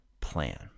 plan